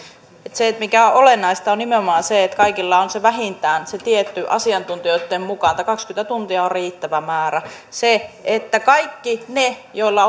se mikä on olennaista on nimenomaan se että kaikilla on vähintään se tietty määrä asiantuntijoitten mukaan tämä kaksikymmentä tuntia on riittävä määrä ja kaikki he joilla